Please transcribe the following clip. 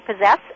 possess